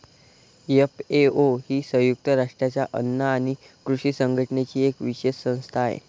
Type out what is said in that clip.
FAO ही संयुक्त राष्ट्रांच्या अन्न आणि कृषी संघटनेची एक विशेष संस्था आहे